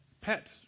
Pets